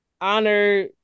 honor